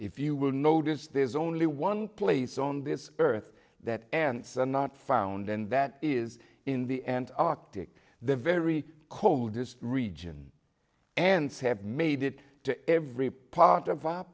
if you will notice there's only one place on this earth that ensign not found and that is in the end arctic the very cold this region and have made it to every part of our